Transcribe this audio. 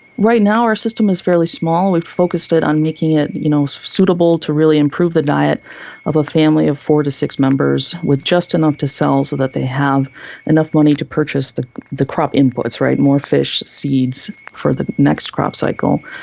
right now our system is fairly small. we've focused on making it you know so suitable to really improve the diet of a family of four to six members, with just enough to sell so that they have enough money to purchase the the crop inputs, more fish, seeds, for the next crop cycle.